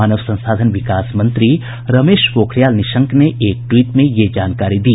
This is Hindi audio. मानव संसाधन विकास मंत्री रमेश पोखरियाल निशंक ने एक ट्वीट में यह जानकारी दी